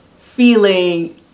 feeling